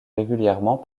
régulièrement